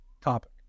topic